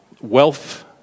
wealth